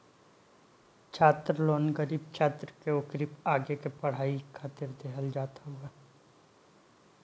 छात्र लोन गरीब छात्र के ओकरी आगे के पढ़ाई खातिर देहल जात हवे